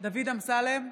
דוד אמסלם,